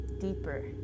deeper